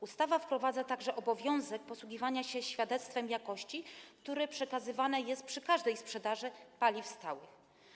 Ustawa wprowadza także obowiązek posługiwania się świadectwem jakości, które jest przekazywane przy każdej sprzedaży paliw stałych.